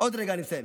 עוד רגע אני מסיים.